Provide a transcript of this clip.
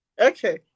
Okay